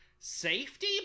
safety